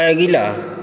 अगिला